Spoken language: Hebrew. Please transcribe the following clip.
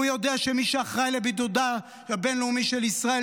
הוא יודע שמי שאחראי לבידודה הבין-לאומי של ישראל,